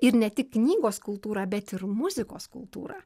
ir ne tik knygos kultūrą bet ir muzikos kultūrą